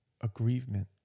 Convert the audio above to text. aggrievement